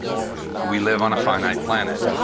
we live on a finite planet,